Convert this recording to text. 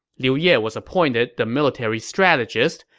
liu ye was appointed the military strategist,